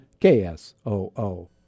KSOO